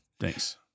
thanks